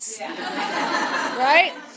Right